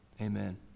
amen